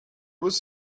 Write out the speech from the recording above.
was